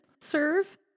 serve